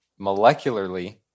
molecularly